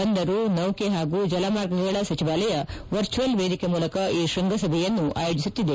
ಬಂದರು ನೌಕೆ ಹಾಗೂ ಜಲಮಾರ್ಗಗಳ ಸಚಿವಾಲಯ ವರ್ಚುವಲ್ ವೇದಿಕೆ ಮೂಲಕ ಈ ಶೃಂಗಸಭೆಯನ್ನು ಆಯೋಜಿಸುತ್ತಿದೆ